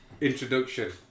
introduction